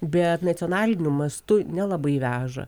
bet nacionaliniu mastu nelabai veža